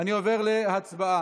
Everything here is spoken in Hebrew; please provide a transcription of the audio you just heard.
אני עובר להצבעה.